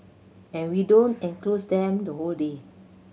and we don't enclose them the whole day